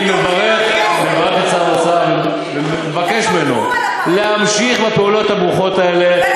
אני מברך את שר האוצר ומבקש ממנו להמשיך בפעולות הברוכות האלה,